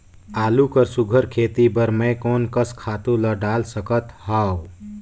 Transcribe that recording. आलू कर सुघ्घर खेती बर मैं कोन कस खातु ला डाल सकत हाव?